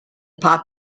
pop